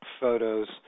photos